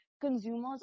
consumers